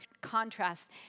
contrast